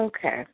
Okay